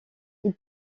ils